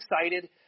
excited